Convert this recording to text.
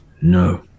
No